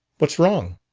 what's wrong?